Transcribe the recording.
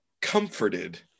comforted